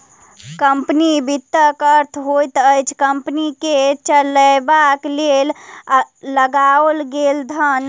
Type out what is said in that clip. company वित्तक अर्थ होइत अछि कम्पनी के चलयबाक लेल लगाओल गेल धन